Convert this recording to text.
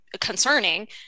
concerning